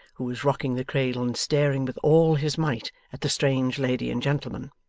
who was rocking the cradle and staring with all his might at the strange lady and gentleman.